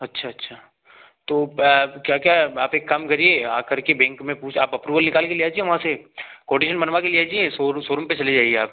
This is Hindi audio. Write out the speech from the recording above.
अच्छा अच्छा तो क्या क्या आप एक काम करिए आकर के बेंक में पूछ आप अप्रूवल निकाल कर ले आ दीजिए वहाँ से कोटेशन बनवा कर ले आइए सो सोरूम पर चले जाइए आप